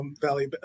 Valley